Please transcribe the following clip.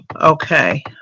Okay